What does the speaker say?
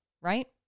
right